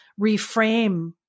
reframe